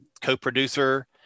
co-producer